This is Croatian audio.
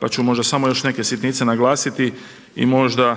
pa ću možda još samo neke sitnice naglasiti možda